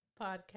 podcast